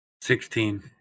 sixteen